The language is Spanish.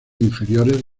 inferiores